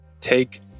take